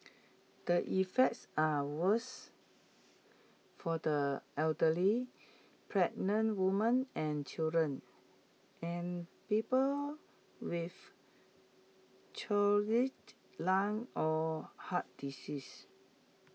the effects are worse for the elderly pregnant woman and children and people with chronic lung or heart disease